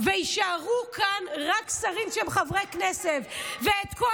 ויישארו כאן רק שרים שהם חברי כנסת, ואת כל